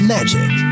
Magic